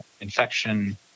infection